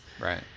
Right